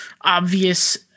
obvious